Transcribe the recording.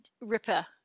ripper